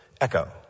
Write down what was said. echo